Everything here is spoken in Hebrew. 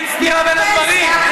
אין סתירה בין הדברים.